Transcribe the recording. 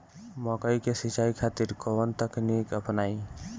मकई के सिंचाई खातिर कवन तकनीक अपनाई?